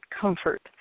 comfort